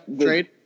trade